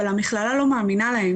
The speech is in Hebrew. אבל המכללה לא מאמינה להם.